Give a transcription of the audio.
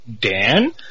Dan